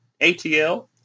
ATL